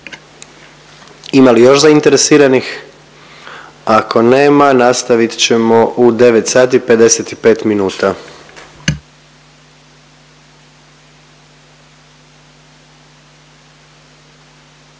Ima li još zainteresiranih? Ako nema nastavit ćemo u 9 sati i 55 minuta.